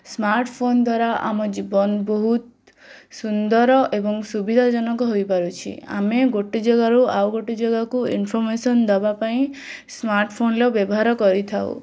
smartphone ଦ୍ଵାରା ଆମ ଜୀବନ ବହୁତ ସୁନ୍ଦର ଏବଂ ସୁବିଧାଜନକ ହୋଇପାରୁଛି ଆମେ ଗୋଟେ ଜାଗାରୁ ଆଉ ଗୋଟେ ଜାଗାକୁ ଇନ୍ଫର୍ମେଶନ୍ ଦେବା ପାଇଁ ସ୍ମାର୍ଟଫୋନ୍ର ବ୍ୟବହାର କରିଥାଉ